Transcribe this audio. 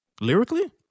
lyrically